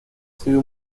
sido